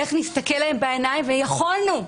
איך נסתכל להם בעיניים ויכולנו?